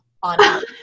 on